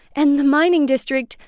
and the mining district,